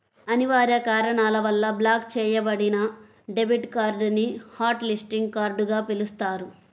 అనివార్య కారణాల వల్ల బ్లాక్ చెయ్యబడిన డెబిట్ కార్డ్ ని హాట్ లిస్టింగ్ కార్డ్ గా పిలుస్తారు